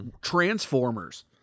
Transformers